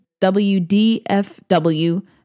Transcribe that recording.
wdfw